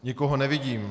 Nikoho nevidím.